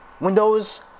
Windows